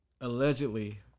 allegedly